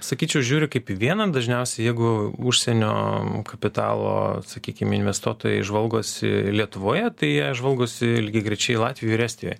sakyčiau žiūri kaip į vieną dažniausiai jeigu užsienio kapitalo sakykim investuotojai žvalgosi lietuvoje tai jie žvalgosi lygiagrečiai latvijoj ir estijoj